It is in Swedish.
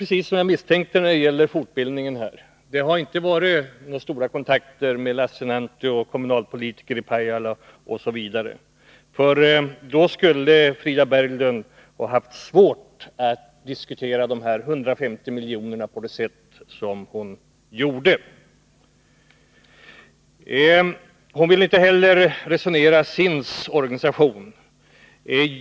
Precis som jag misstänkte har det inte tagits några närmare kontakter med landshövding Lassinantti, Pajala kommun osv. när det gäller fortbildningen. Iså fall skulle Frida Berglund haft svårt att diskutera dessa 150 milj.kr. på det sätt som hon gjorde. Hon vill inte heller resonera om SIND:s organisation.